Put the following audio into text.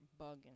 bugging